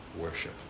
worship